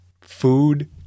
food